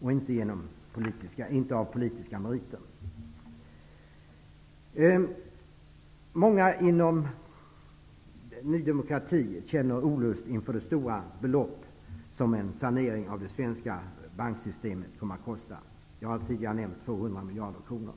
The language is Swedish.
och inte på politiska meriter. Många inom Ny demokrati känner olust inför de stora belopp som en sanering av det svenska banksystemet kommer att kosta. Jag har tidigare nämnt 200 miljarder kronor.